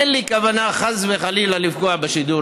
אין לי כוונה, חס וחלילה, לפגוע בשידור